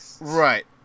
Right